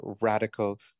radical